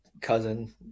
cousin